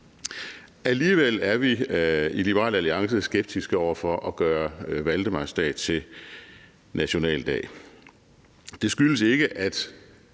Alligevel er vi i Liberal Alliance skeptiske over for at gøre valdemarsdag til nationaldag. Det skyldes ikke, at